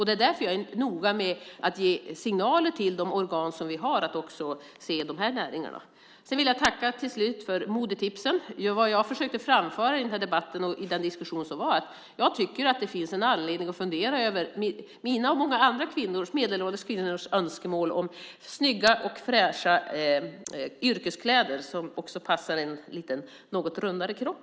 Det är därför jag är noga med att ge signaler till de organ som vi har att också se de här näringarna. Till slut vill jag tacka för modetipsen! Det jag försökte framföra i den här debatten och den diskussion som vi hade är att jag tycker att det finns anledning att fundera över mina och många andra medelålders kvinnors önskemål om snygga och fräscha yrkeskläder som också passar en något rundare kropp.